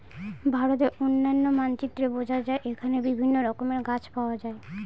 ভারতের অনন্য মানচিত্রে বোঝা যায় এখানে বিভিন্ন রকমের গাছ পাওয়া যায়